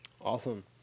Awesome